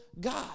god